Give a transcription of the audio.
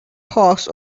hawks